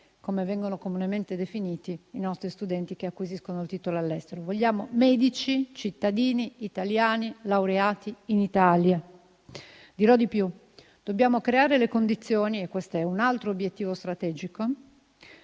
come vengono comunemente definiti i nostri studenti che acquisiscono il titolo all'estero. Vogliamo medici cittadini italiani laureati in Italia. Dirò di più. Dobbiamo creare le condizioni - questo è un altro obiettivo strategico